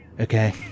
Okay